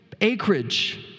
acreage